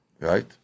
right